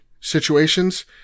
situations